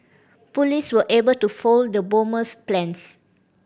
police were able to foil the bomber's plans